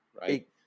right